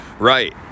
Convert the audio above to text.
right